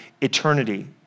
eternity